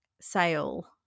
sale